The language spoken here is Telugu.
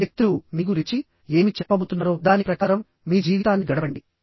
ఈ వ్యక్తులు మీ గురించి ఏమి చెప్పబోతున్నారో దాని ప్రకారం మీ జీవితాన్ని గడపండి